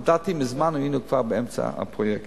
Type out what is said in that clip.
לדעתי מזמן היינו כבר באמצע הפרויקט.